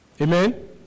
Amen